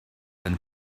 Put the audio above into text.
kan